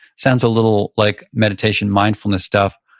sounds a little like meditation, mindfulness stuff.